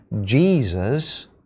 Jesus